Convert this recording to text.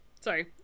Sorry